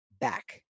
back